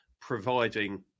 providing